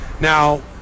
Now